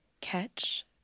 catch